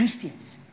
Christians